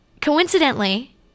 Coincidentally